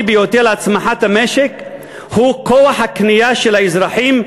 ביותר לצמיחת המשק הוא כוח הקנייה של האזרחים,